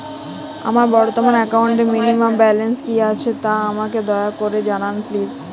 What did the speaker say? আমার বর্তমান একাউন্টে মিনিমাম ব্যালেন্স কী আছে তা আমাকে দয়া করে জানান প্লিজ